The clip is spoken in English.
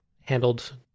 handled